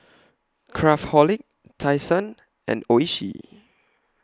Craftholic Tai Sun and Oishi